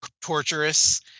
torturous